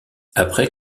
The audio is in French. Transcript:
après